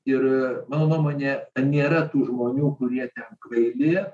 ir mano nuomone nėra tų žmonių kurie ten kvaili